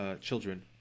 Children